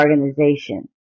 organization